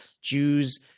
Jews